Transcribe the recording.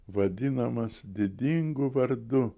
vadinamas didingu vardu